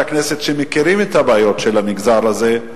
הכנסת שמכירים את הבעיות של המגזר הזה,